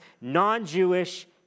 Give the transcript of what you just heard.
non-Jewish